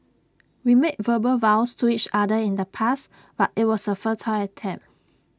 we made verbal vows to each other in the past but IT was A futile attempt